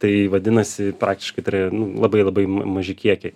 sau tai vadinasi praktiškai tai yra nu labai labai ma maži kiekiai